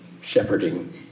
shepherding